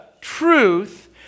truth